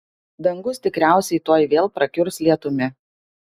dangus tikriausiai tuoj vėl prakiurs lietumi